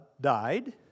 died